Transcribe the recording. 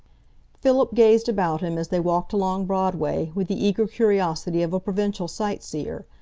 philip gazed about him, as they walked along broadway, with the eager curiosity of a provincial sightseer.